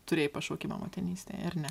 turėjai pašaukimą motinystei ar ne